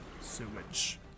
sewage